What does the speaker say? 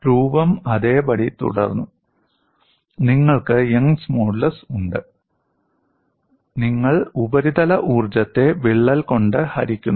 രൂപം അതേപടി തുടർന്നു നിങ്ങൾക്ക് യങ്സ് മോഡുലസ് ഉണ്ട് നിങ്ങൾ ഉപരിതല ഊർജ്ജത്തെ വിള്ളൽ കൊണ്ട് ഹരിക്കുന്നു